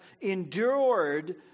endured